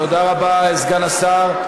תודה רבה, סגן השר.